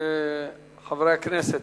חברי הכנסת,